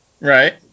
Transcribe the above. Right